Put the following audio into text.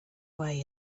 way